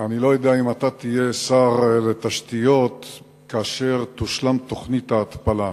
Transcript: אני לא יודע אם אתה תהיה שר התשתיות כאשר תושלם תוכנית ההתפלה,